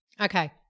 Okay